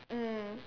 mm